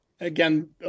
again